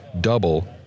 double